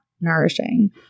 nourishing